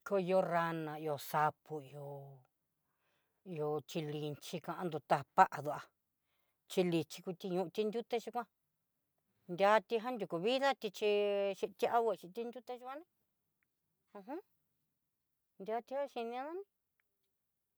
Ko yó rana yo sapo yo- yo chilinxhi, kando ta'apadúa xhikuchilio tinyuté xhikoan yatejan yukuvidnati chí xhiakué chí ti nruté yuané uj, yati'á xhinián.